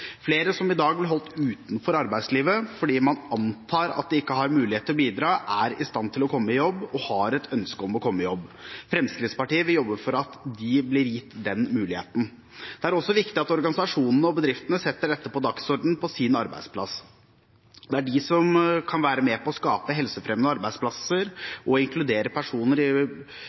Flere som i dag blir holdt utenfor arbeidslivet fordi man antar at de ikke har muligheter til å bidra, er i stand til å komme i jobb – og har et ønske om å komme i jobb. Fremskrittspartiet vil jobbe for at de blir gitt den muligheten. Det er også viktig at organisasjonene og bedriftene setter dette på dagsordenen på sin arbeidsplass. Det er de som kan være med på å skape helsefremmende